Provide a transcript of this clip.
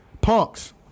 Punks